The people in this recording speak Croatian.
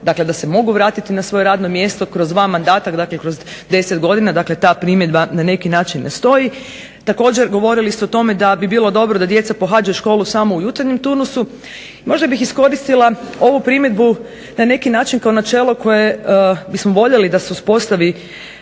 Dakle, da se mogu vratiti na svoje radno mjesto kroz dva mandata. Dakle, kroz 10 godina. Dakle, ta primjedba na neki način ne stoji. Također, govorili ste o tome da bi bilo dobro da djeca pohađaju školu samo u jutarnjem turnusu. Možda bih iskoristila ovu primjedbu na neki način kao načelo koje bismo voljeli da se uspostavi